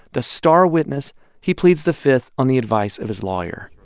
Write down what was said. the star witness he pleads the fifth on the advice of his lawyer.